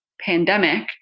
pandemic